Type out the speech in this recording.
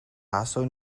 also